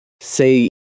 say